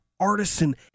artisan